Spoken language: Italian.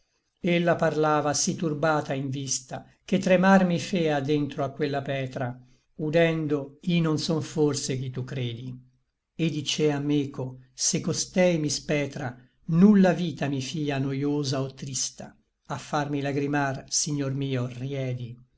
ella parlava sí turbata in vista che tremar mi fea dentro a quella petra udendo i non son forse chi tu credi e dicea meco se costei mi spetra nulla vita mi fia noiosa o trista a farmi lagrimar signor mio riedi